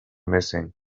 missing